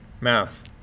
Mouth